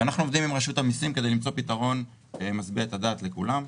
אנחנו עובדים עם רשות המסים כדי למצוא פתרון שישביע את דעתם של כולם,